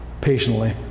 patiently